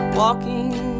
walking